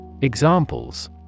Examples